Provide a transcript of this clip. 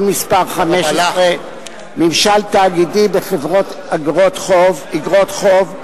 מס' 15) (ממשל תאגידי בחברת איגרות חוב),